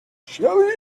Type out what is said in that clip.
shelly